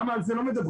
למה על זה לא מדברים.